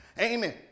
Amen